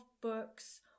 books